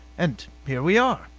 and here we are.